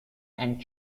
and